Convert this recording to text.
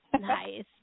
Nice